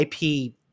IP